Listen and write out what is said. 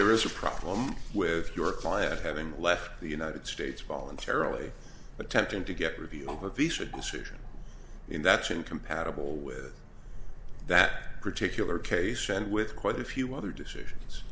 there is a problem with your client having left the united states voluntarily attempting to get review of a visa decision in that's incompatible with that particular case and with quite a few other decisions